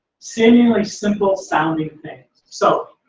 seemingly simple sounding things. so.